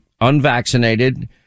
unvaccinated